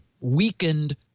weakened